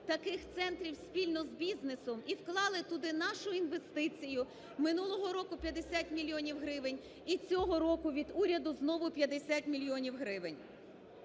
таких центрів спільно з бізнесом і вклали туди нашу інвестицію минулого року 50 мільйонів гривень і цього року від уряду знову 50 мільйонів гривень.